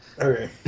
Okay